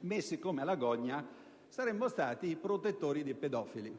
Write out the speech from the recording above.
messi così alla gogna - sarebbero stati i protettori dei pedofili.